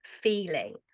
feeling